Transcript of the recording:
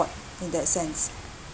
in that sense